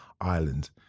Ireland